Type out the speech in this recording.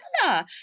similar